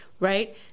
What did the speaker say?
Right